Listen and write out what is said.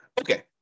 Okay